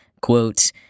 Quote